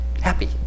happy